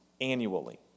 annually